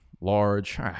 large